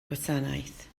gwasanaeth